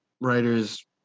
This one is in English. writers